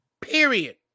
Period